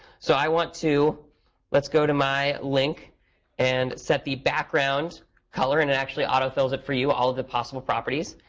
so i want to let's go to my link and the set the background color. and it actually autofills it for you, all the possible properties.